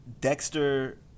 Dexter